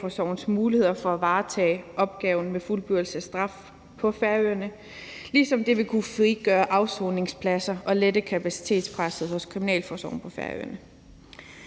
muligheder for at varetage opgaven med fuldbyrdelse af straf på Færøerne, ligesom det vil kunne frigøre afsoningspladser og lette kapacitetspresset hos kriminalforsorgen på Færøerne.